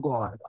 God